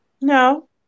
No